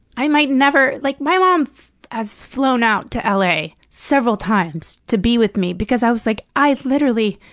i might never like, my mom has flown out to l. a. several times to be with me, because i was like, i literally.